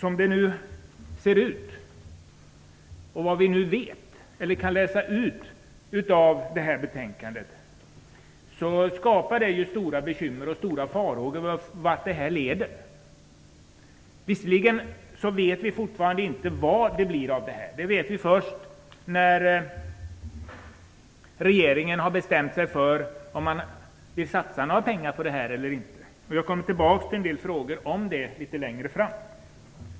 Av det här betänkandet kan vi läsa ut att det finns stora bekymmer och farhågor i fråga om vart det här leder. Vi vet fortfarande inte vad det blir av det här. Det vet vi först när regeringen har bestämt sig för om man vill satsa några pengar eller inte. Jag kommer tillbaka till en del frågor kring detta litet längre fram.